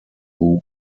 who